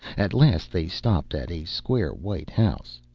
at last they stopped at a square white house.